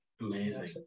Amazing